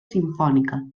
simfònica